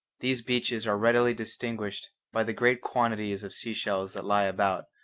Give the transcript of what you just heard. these beaches are readily distinguished by the great quantities of sea shells that lie about,